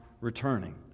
returning